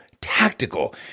Tactical